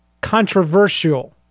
controversial